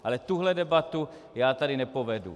Ale tuhle debatu tady nepovedu.